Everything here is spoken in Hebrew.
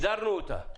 הגדרנו אותה.